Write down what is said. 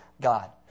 God